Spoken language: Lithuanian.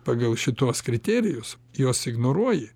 pagal šituos kriterijus juos ignoruoji